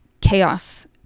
chaos